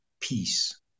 peace